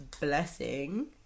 Blessing